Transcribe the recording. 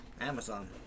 Amazon